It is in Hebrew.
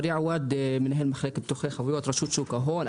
מנהל מחלקת ביטוחי חבויות, רשות שוק ההון.